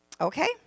Okay